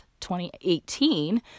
2018